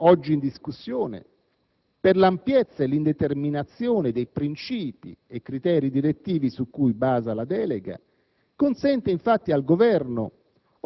Il disegno di legge oggi in discussione, per l'ampiezza e l'indeterminazione dei princìpi e criteri direttivi su cui basa la delega,